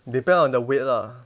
depend on the weight lah